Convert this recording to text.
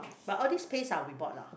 but all this paste ah we bought lah